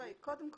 קודם כל,